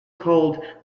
called